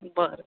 बरं